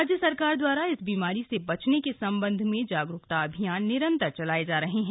राज्य सरकार द्वारा इस बीमारी से बचने के सम्बन्ध में जागरूकता अभियान निरन्तर चलाए जा रहे हैं